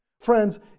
Friends